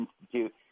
Institute